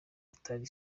atari